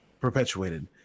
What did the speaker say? perpetuated